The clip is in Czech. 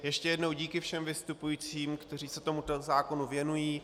Ještě jednou díky všem vystupujícím, kteří se tomuto zákonu věnují.